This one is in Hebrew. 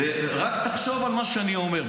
ורק תחשוב על מה שאני אומר,